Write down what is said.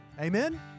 Amen